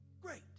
Great